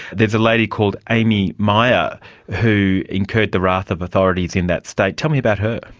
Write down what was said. there's a lady called amy meyer who incurred the wrath of authorities in that state. tell me about her.